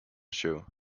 show